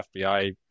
FBI